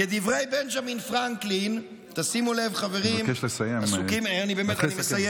כדברי בנג'מין פרנקלין, תשימו לב מה הוא אמר: